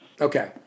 Okay